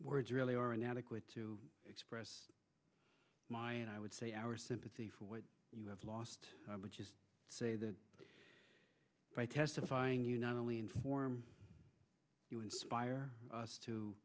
words really are inadequate to express my i would say our sympathy for what you have lost i would just say that by testifying you not only inform you inspire us to